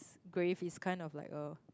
grave is kind of like a